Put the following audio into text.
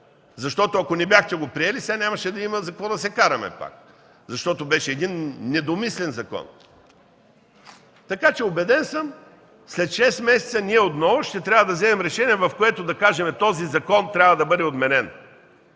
Защото ако не бяхте го приели, сега нямаше да има за какво да се караме. Защото беше един недомислен закон! Убеден съм, че след шест месеца ние отново ще трябва да вземем решение, в което да кажем: „Този закон трябва да бъде отменен.”